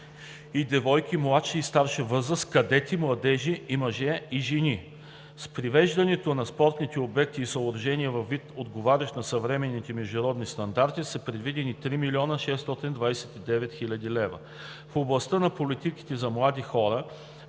и девойки младша и старша възраст, кадети, младежи мъже и жени. За привеждането на спортните обекти и съоръжения във вид, отговарящ на съвременните международни стандарти, са предвидени 3 млн. 629 хил. лв. В областта на политиките за младите хора